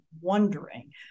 wondering